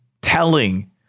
telling